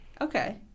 okay